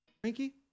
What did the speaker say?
Frankie